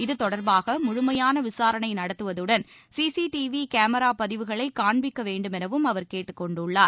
இதுதொடர்பாக முழுமையான விசாரணை நடத்துவதுடன் சிசிடிவி கேமிரா பதிவுகளை காண்பிக்க வேண்டுமெனவும் அவர் கேட்டுக் கொண்டுள்ளார்